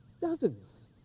dozens